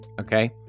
Okay